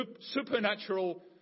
supernatural